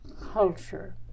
culture